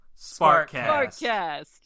SparkCast